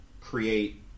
create